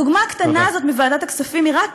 הדוגמה הקטנה הזאת מוועדת הכספים היא רק